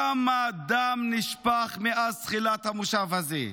כמה דם נשפך מאז תחילת המושב הזה.